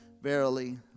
Verily